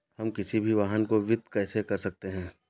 हम किसी भी वाहन को वित्त कैसे कर सकते हैं?